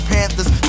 Panthers